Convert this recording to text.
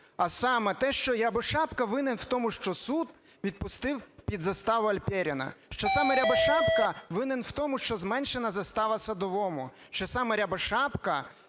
А саме те, що Рябошапка винен у тому, що суд відпустив під заставу Альперіна, що саме Рябошапка винен в тому, що зменшена застава Садовому, що саме Рябошапка,